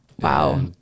Wow